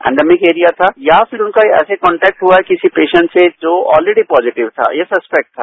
pandemic area था या फिर उनका ऐसा कॉन्टेक्ट हुआ किसी पेशंट से जो ऑलरेडी पॉजिटीव था या सस्पेक्ट था